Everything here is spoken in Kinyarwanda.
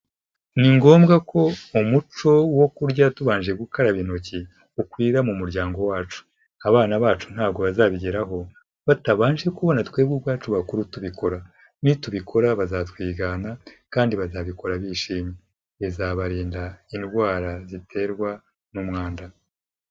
Ni ngombwa ko umuco wo kurya tubanje gukaraba intoki ukwira mu muryango wacu, abana bacu ntabwo bazabigeraho batabanje kubona twebwe ubwacu bakuru tubikora, nitubikora bazatwigana kandi bazabikora bishimye, bizabarinda indwara ziterwa n'umwanda.